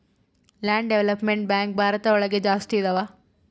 land development bank Bharat ಒಳಗ ಜಾಸ್ತಿ ಇದಾವ